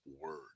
word